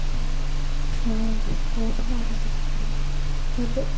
तदा कोपः आगच्छति स्म तद्